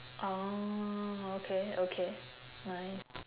orh okay okay nice